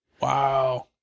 Wow